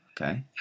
Okay